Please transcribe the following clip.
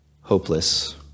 hopeless